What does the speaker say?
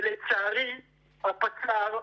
לצערי הפצ"ר,